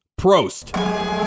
Prost